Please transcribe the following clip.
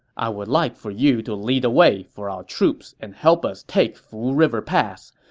i would like for you to lead the way for our troops and help us take fu river pass.